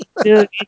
dude